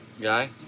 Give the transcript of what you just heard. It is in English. guy